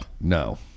No